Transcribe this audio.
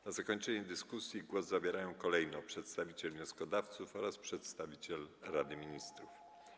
Na zakończenie dyskusji głos zabierają kolejno przedstawiciel wnioskodawców oraz przedstawiciel Rady Ministrów.